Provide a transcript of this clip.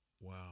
Wow